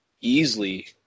easily